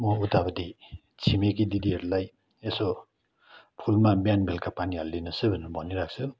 म उतापटि छिमेकी दिदीहरूलाई यसो फुलमा बिहान बेलुका पानी हालिदिनुहोस् है भनेर भनिराख्छु